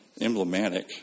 emblematic